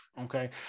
Okay